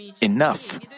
enough